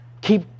keep